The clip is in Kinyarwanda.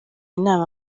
inama